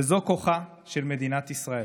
וזה כוחה של מדינת ישראל.